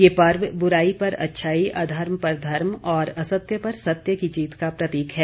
यह पर्व बुराई पर अच्छाई अधर्म पर धर्म और असत्य पर सत्य की जीत का प्रतीक है